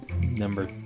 number